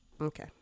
Okay